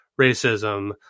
racism